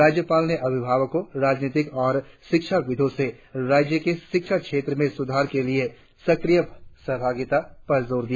राज्यपाल ने अभिभावकों राजनीतिक और शिक्षाविदों से राज्य के शिक्षा क्षेत्र में सुधार के लिए सक्रिय सहभागिता पर जोर दिया